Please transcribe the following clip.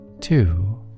two